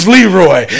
Leroy